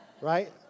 right